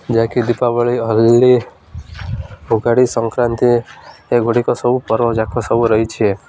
ଯାହାକି ଦୀପାବଳି ହୋଲି ଉଗାଡ଼ି ସଂକ୍ରାନ୍ତି ଏଗୁଡ଼ିକ ସବୁ ପର୍ବଯାକ ସବୁ ରହିଛି